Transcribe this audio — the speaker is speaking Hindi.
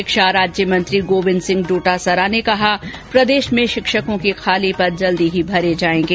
शिक्षा राज्यमंत्री गोविन्द सिंह डोटासरा ने कहा प्रदेश में शिक्षकों के खाली पद जल्द ही भरे जायेंगे